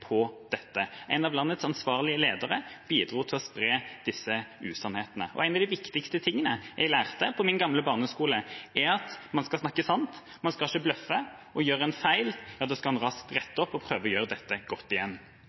på det. En av landets ansvarlige ledere bidro til å spre disse usannhetene. Noe av det viktigste jeg lærte på min gamle barneskole, er at en skal snakke sant, en skal ikke bløffe, og gjør en feil, skal en raskt rette opp og prøve å gjøre det godt igjen.